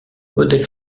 modèle